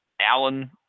Allen